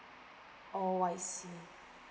oh I see